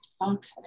Okay